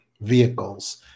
vehicles